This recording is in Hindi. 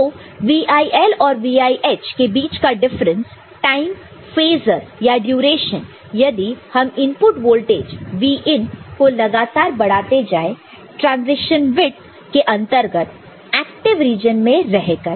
तो VIL और VIH के बीच का डिफरेंस टाइम फैसर या ड्यूरेशन यदि हम इनपुट वोल्टेज Vin को लगातार बढ़ाते जाए ट्रांसीशन विडत के अंतर्गत एक्टिव रीजन में रहकर